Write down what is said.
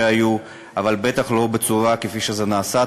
אבל בטח לא בצורה כפי שנעשה,